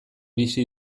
bizi